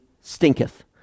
stinketh